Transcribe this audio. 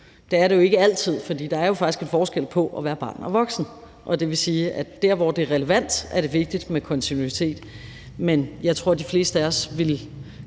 Det er der jo ikke altid, for der er faktisk en forskel på at være barn og voksen. Det vil sige, at dér, hvor det er relevant, er det vigtigt med kontinuitet, men jeg tror, de fleste af os også